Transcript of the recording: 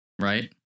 Right